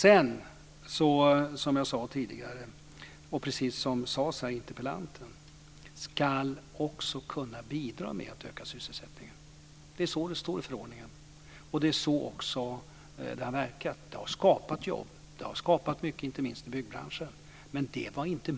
Sedan ska det också, som jag sade tidigare och precis som interpellanten sade, kunna bidra till att öka sysselsättningen. Det är så det står i förordningen, och det är också så det har verkat. Det har skapat mycket jobb, inte minst i byggbranschen, men det var inte